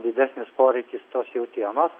didesnis poreikis tos jautienos